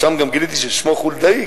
ושם גם גיליתי ששמו חולדאי,